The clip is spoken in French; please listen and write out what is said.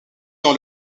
dans